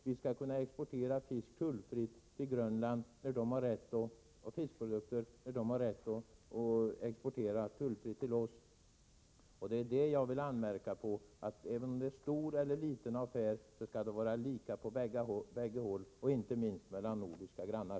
Vi skall kunna exportera fisk och fiskprodukter tullfritt till Grönland när grönlänningarna har rätt att exportera tullfritt till oss. Även om det är en stor eller liten affär skall det vara lika på bägge håll, inte minst mellan nordiska grannar.